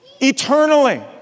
Eternally